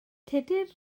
tudur